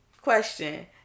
Question